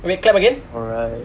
okay clap again alright